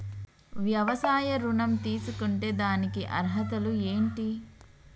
వ్యవసాయ ఋణం తీసుకుంటే దానికి అర్హతలు ఏంటి?